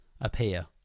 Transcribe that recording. appear